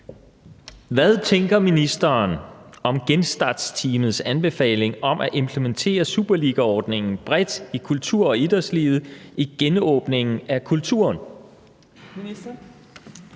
Hvad tænker ministeren om genstartsteamets anbefaling om at implementere »Superligaordningen« bredt i kultur- og idrætslivet i genåbningen af kulturen?